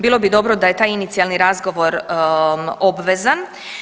Bilo bi dobro da je taj inicijalni razgovor obvezan.